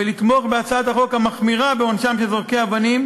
ולתמוך בהצעת החוק המחמירה בעונשם של זורקי אבנים,